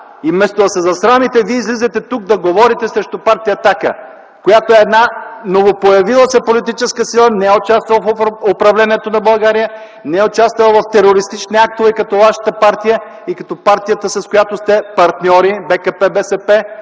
И вместо да се засрамите, Вие излизате тук да говорите срещу Партия „Атака”, която е една новопоявила се политическа сила, не е участвала в управлението на България, не е участвала в терористични актове като вашата партия и като партията, с която сте партньори – БКП БСП,